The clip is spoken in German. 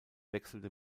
wechselte